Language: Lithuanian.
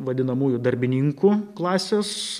vadinamųjų darbininkų klasės